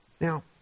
Now